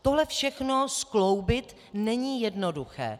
Tohle všechno skloubit není jednoduché.